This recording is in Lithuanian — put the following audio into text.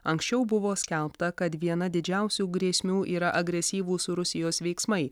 anksčiau buvo skelbta kad viena didžiausių grėsmių yra agresyvūs rusijos veiksmai